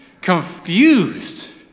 confused